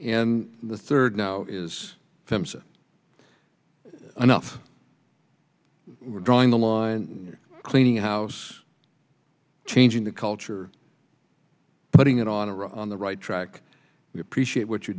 and the third now is enough drawing the line cleaning house changing the culture putting it on iraq on the right track we appreciate what you're